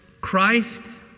Christ